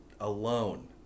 alone